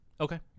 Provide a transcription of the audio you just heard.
Okay